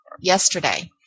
yesterday